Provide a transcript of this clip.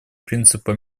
принципа